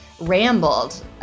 rambled